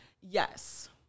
Yes